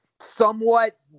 somewhat